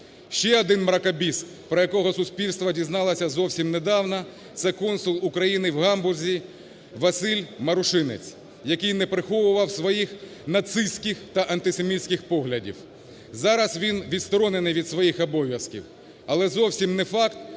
Ще один мракобіс, про якого суспільство дізналося зовсім недавно, - це консул України в Гамбурзі Василь Марушинець, який не приховував своїх нацистських та антисемітських поглядів. Зараз він відсторонений від своїх обов'язків. Але зовсім не факт,